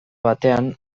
batean